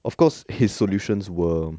of course his solutions were